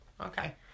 Okay